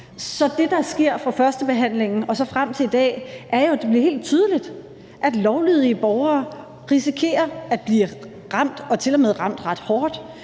Så det, der sker fra førstebehandlingen og frem til i dag, er, at det bliver helt tydeligt, at lovlydige borgere risikerer at blive ramt og til og med ramt ret hårdt,